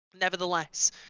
Nevertheless